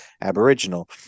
aboriginal